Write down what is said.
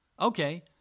Okay